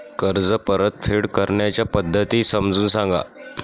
कर्ज परतफेड करण्याच्या पद्धती समजून सांगा